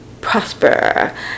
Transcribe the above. prosper